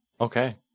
okay